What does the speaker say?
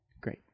Great